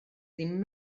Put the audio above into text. ddim